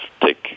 take